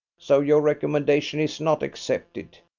so your recommendation is not accepted.